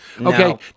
okay